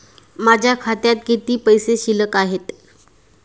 माझ्या खात्यात किती पैसे शिल्लक आहेत?